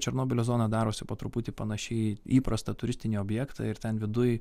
černobylio zona darosi po truputį panaši į įprastą turistinį objektą ir ten viduj